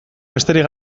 besterik